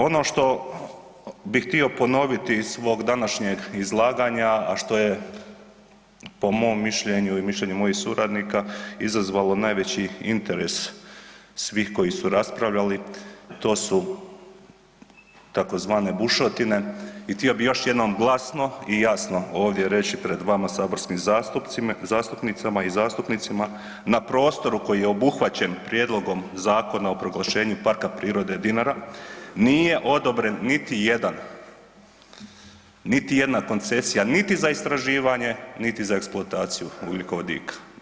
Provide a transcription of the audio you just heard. Ono što bih htio ponoviti iz svog današnjeg izlaganja, a što je po mom mišljenju i mišljenju mojih suradnika izazvalo najveći interes svih koji su raspravljali, to su tzv. bušotine i htio bih još jednom glasno i jasno reći ovdje pred vama saborskim zastupnicama i zastupnicima na prostoru koji je obuhvaćen Prijedlogom Zakona o proglašenju Parka prirode Dinara nije odobren niti jedan, niti jedna koncesija niti za istraživanje niti za eksploataciju ugljikovodika.